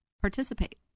Participate